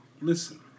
Listen